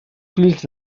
fills